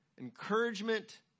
encouragement